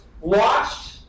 watched